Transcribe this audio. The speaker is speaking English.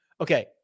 Okay